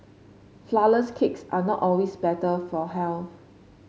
flourless cakes are not always better for health